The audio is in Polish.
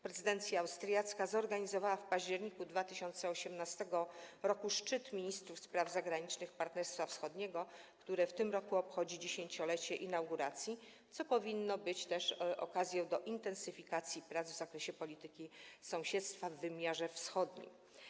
Prezydencja austriacka zorganizowała w październiku 2018 r. szczyt ministrów spraw zagranicznych Partnerstwa Wschodniego, które w tym roku obchodzi 10-lecie inauguracji, co powinno być też okazją do intensyfikacji prac w zakresie polityki sąsiedztwa w wymiarze wschodnim.